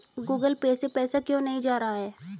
Google Pay से पैसा क्यों नहीं जा रहा है?